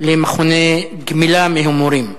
למכוני גמילה מהימורים.